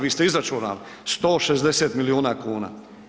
Vi ste izračunali, 160 milijuna kuna.